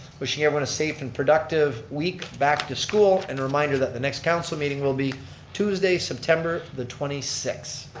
wishing everyone a safe and productive week back to school, and reminder that the next council meeting will be tuesday september the twenty sixth.